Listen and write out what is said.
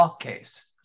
case